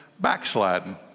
Backsliding